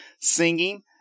singing